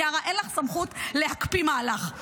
גב' מיארה, אין לך סמכות להקפיא מהלך.